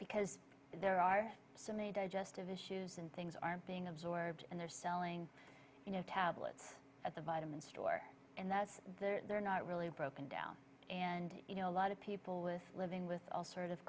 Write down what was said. because there are so many digestive issues and things aren't being absorbed and they're selling you know tablets at the vitamin store and that's they're not really broken down and you know a lot of people with living with all sort of